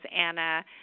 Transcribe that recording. Anna